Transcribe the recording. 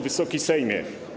Wysoki Sejmie!